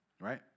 Right